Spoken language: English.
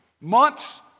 months